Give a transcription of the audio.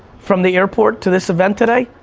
from the airport to this event today?